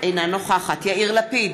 אינה נוכחת יאיר לפיד,